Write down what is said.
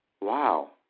Wow